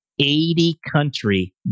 80-country